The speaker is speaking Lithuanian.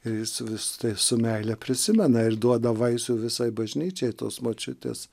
ir jis vis tai su meile prisimena ir duoda vaisių visai bažnyčiai tos močiutės